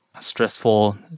stressful